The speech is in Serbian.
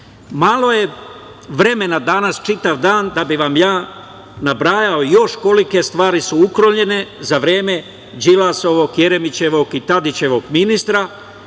je vremena danas čitav dan da bih vam ja nabrajao još kolike stvari su uklonjene za vreme Đilasovog, Jeremićevog i Tadićevog ministra